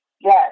Yes